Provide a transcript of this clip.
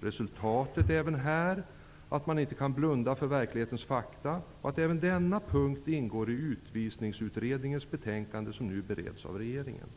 Resultatet blir också här att man inte kan blunda för verklighetens fakta och att även denna punkt ingår i Utvisningsutredningens betänkande, som nu bereds av regeringen.